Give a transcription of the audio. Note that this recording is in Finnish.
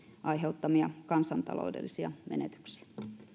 aiheuttamia kansantaloudellisia menetyksiä